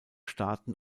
staaten